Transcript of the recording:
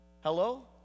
Hello